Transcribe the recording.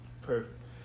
Perfect